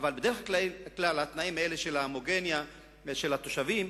אך בדרך כלל התנאים האלה של ההומוגניות של התושבים,